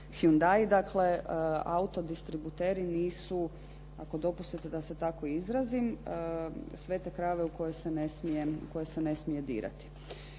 Hyundai. Dakle, auto distributeri nisu, ako dopustite da se tako izrazim, sve te krajeve u koje se ne smije dirati.